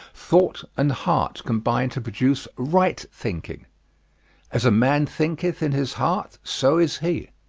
thought and heart combine to produce right thinking as a man thinketh in his heart so is he.